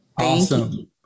Awesome